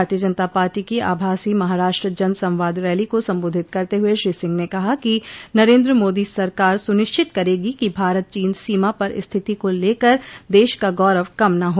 भारतीय जनता पार्टी की आभासी महाराष्ट्र जनसंवाद रैली को संबोधित करते हुए श्री सिंह ने कहा कि नरेन्द्र मोदी सरकार सुनिश्चित करेगी कि भारत चीन सीमा पर स्थिति को लेकर देश का गौरव कम न हो